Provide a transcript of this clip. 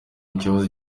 ikibazo